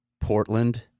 Portland